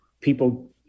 people